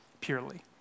purely